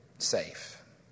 safe